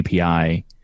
API